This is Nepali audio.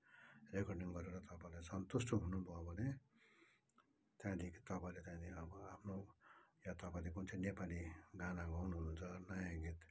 रेकर्डिङ गरेर तपाईँलाई सन्तुष्ट हुनुभयो भने त्यहाँदेखि तपाईँले त्यहाँदेखि अब आफ्नो या तपाईँले कुन चाहिँ नेपाली गाना गाउनुहुन्छ नयाँ गीत